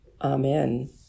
Amen